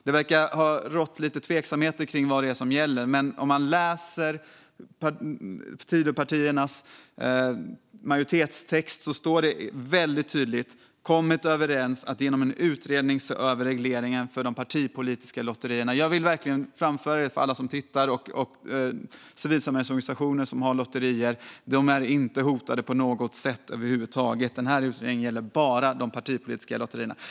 Det verkar ha rått lite tveksamheter om vad som gäller. Läser man Tidöpartiernas majoritetstext står det väldigt tydligt att de har kommit överens om att genom en utredning se över regleringen för de partipolitiska lotterierna. Jag vill verkligen framföra det för alla som tittar och för civilsamhällesorganisationer som har lotterier. De är inte hotade på något sätt över huvud taget. Utredningen gäller bara de partipolitiska lotterierna.